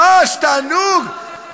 ממש תענוג.